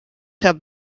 have